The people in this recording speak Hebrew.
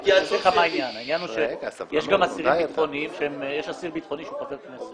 אני אסביר לך מה העניין: העניין הוא שיש אסיר ביטחוני שהיה חבר כנסת.